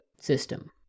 system